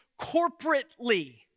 corporately